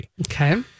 Okay